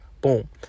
Boom